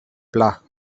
pla